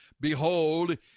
behold